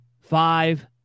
five